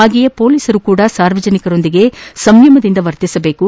ಹಾಗೆಯೇ ಪೊಲೀಸರು ಕೂಡ ಸಾರ್ವಜನಿಕರೊಂದಿಗೆ ಸಂಯಮದಿಂದ ವರ್ತಿಸಬೇಕು